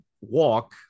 walk